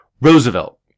Roosevelt